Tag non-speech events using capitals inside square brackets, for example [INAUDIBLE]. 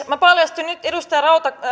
[UNINTELLIGIBLE] minä paljastan nyt edustaja